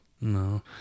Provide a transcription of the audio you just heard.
no